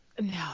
No